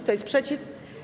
Kto jest przeciw?